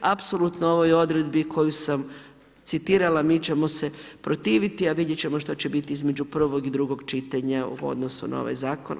Apsolutno ovoj odredbi koju sam citirala mi ćemo se protiviti, a vidjet ćemo što će biti između prvog i drugog čitanja u odnosu na ovaj zakon.